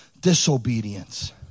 disobedience